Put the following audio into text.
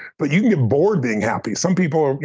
but you can get bored being happy. some people,